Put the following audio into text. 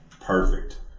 perfect